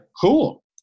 cool